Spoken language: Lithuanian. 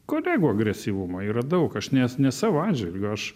kolegų agresyvumo yra daug aš ne ne savo atžvilgiu aš